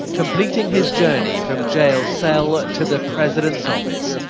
completing his journey from jail cell to the president's office.